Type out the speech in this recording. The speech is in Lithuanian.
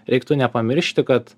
reiktų nepamiršti kad